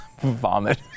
vomit